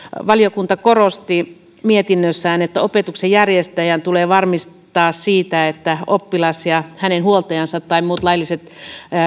valiokunta korosti mietinnössään että opetuksen järjestäjän tulee varmistua siitä että oppilas ja hänen huoltajansa tai muut lailliset